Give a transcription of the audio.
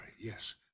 Yes